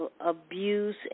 abuse